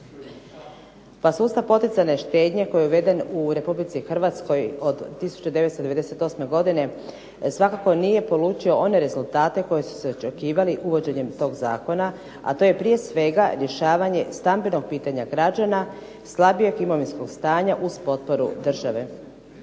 Pa sustav poticajne štednje koji je uveden u RH od 1998. godine svakako nije polučio one rezultate koji su se očekivali uvođenjem tog zakona, a to je prije svega rješavanje stambenog pitanja građana slabijeg imovinskog stanja uz potporu države.